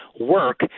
work